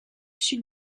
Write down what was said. sud